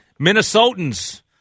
Minnesotans